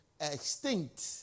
extinct